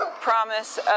promise